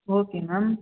okay ma'am